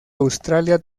australia